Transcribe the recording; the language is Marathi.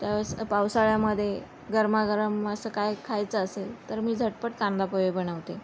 त्यावेळेस पावसाळ्यामध्ये गरमागरम असं काय खायचं असेल तर मी झटपट कांदापोहे बनवते